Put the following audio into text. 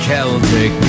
Celtic